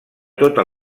tota